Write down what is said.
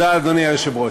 אדוני היושב-ראש,